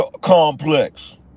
complex